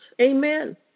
amen